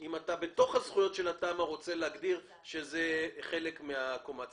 אם אתה בתוך הזכויות של התמ"א רוצה להגדיר שזה חלק מהקומה הציבורית.